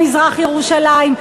במזרח-ירושלים,